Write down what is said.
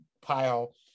pile